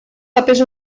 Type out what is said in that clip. papers